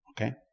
Okay